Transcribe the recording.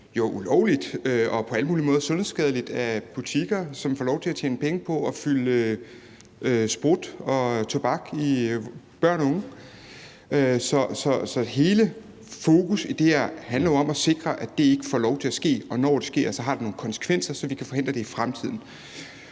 – ulovligt og på alle måder sundhedsskadeligt – får lov til at tjene penge på at fylde sprut og tobak i børn og unge. Så hele vores fokus i det her handler jo om at sikre, at det ikke får lov til at ske, og når det sker, at det så har nogle konsekvenser, så vi kan forhindre det i fremtiden.